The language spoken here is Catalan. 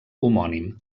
homònim